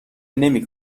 نمی